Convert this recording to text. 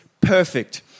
perfect